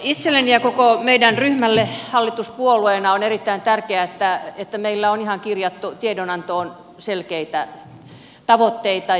itselleni ja koko meidän ryhmälle hallituspuolueena on erittäin tärkeää että meillä on ihan kirjattu tiedonantoon selkeitä tavoitteita